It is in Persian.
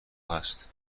هست